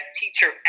teacher